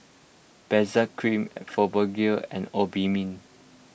Benzac Cream Fibogel and Obimin